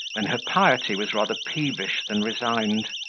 then her piety was rather peevish than resigned,